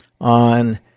on